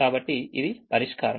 కాబట్టి ఇది పరిష్కారం